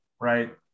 right